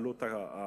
עלות החלקה,